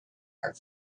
are